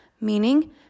meaning